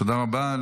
תודה רבה.